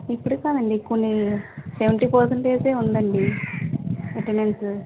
ఇప్పుడు కాదండి కొన్నిసెవెంటీ పర్సంటేజ్ ఏ ఉందండి అటెండెన్స్